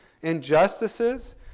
injustices